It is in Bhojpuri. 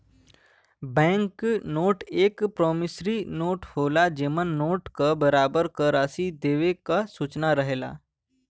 बैंक नोट एक प्रोमिसरी नोट होला जेमन नोट क बराबर क राशि देवे क सूचना रहेला